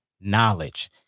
knowledge